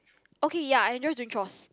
okay ya I enjoy doing chores